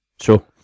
Sure